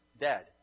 dead